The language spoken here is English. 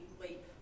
leap